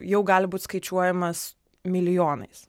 jau gali būt skaičiuojamas milijonais